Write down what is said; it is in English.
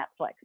Netflix